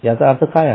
याचा काय अर्थ आहे